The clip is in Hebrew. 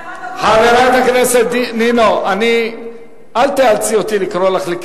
חברת הכנסת נינו, אל תאלצי אותי לקרוא לך.